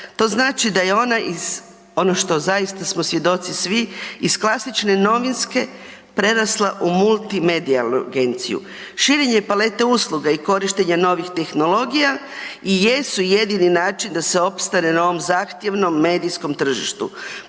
To znači da je ona iz, ono što zaista smo svjedoci svi, iz klasične novinske prerasla u multimedijalnu agenciju. Širenje palete usluga i korištenja novih tehnologija i jesu jedini način da se opstane na ovom zahtjevnom medijskom tržištu.